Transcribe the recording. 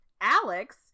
Alex